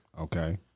Okay